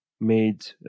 made